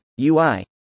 UI